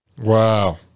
wow